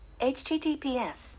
HTTPS